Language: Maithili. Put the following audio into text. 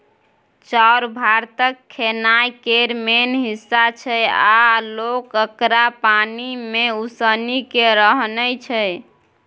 चाउर भारतक खेनाइ केर मेन हिस्सा छै आ लोक एकरा पानि मे उसनि केँ रान्हय छै